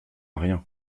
rien